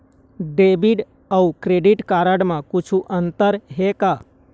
Debit अऊ credit card म कुछू अंतर हे का?